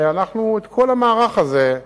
את כל המערך הזה,